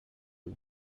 too